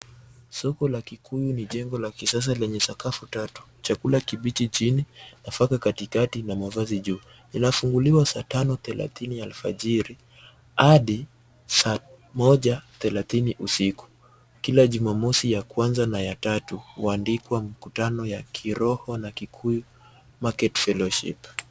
Soko la Kikuyu ni jengo la kisasa lenye sakafu tatu, chakula kibichi chini, nafaka katikati na mavazi juu. Linafunguliwa saa tano thelathini alfajiri hadi saa moja thelathini usiku. Kila jumamosi ya kwanza na ya tatu huandikwa mkutano ya kiroho na Kikuyu Market Fellowship .